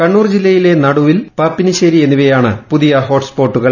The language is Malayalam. കണ്ണൂർ ജില്ലയിലെ നടുവിൽ പാപ്പിനിശ്ശേരി എന്നിവയാണ് പുതിയ ഹോട്ട് സ്പോട്ടുകൾ